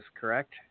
correct